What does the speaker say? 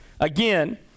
Again